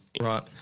Right